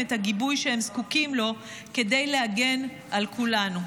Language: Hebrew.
את הגיבוי שהם זקוקים לו כדי להגן על כולנו.